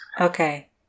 okay